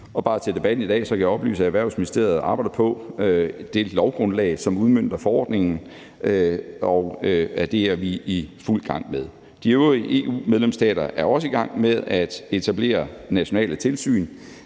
hensyn til debatten i dag kan jeg oplyse, at Erhvervsministeriet er i fuld gang med at arbejde på det lovgrundlag, som udmønter forordningen. De øvrige EU-medlemsstater er også i gang med at etablere nationale tilsyn,